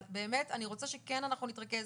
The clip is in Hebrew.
אבל באמת אני רוצה שכן אנחנו נתרכז